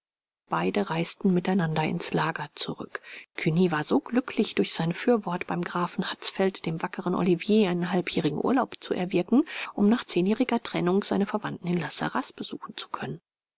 beide reisten mit einander ins lager zurück cugny war so glücklich durch sein fürwort beim grafen hatzfeld dem wackeren olivier einen halbjährigen urlaub zu erwirken um nach zehnjähriger trennung seine verwandten in la sarraz besuchen zu können